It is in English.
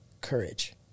courage